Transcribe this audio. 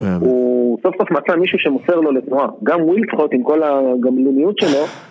הוא סוף סוף מצא מישהו שמוסר לו לתנועה, גם הוא יפחות עם כל הגומלוניות שלו.